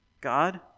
God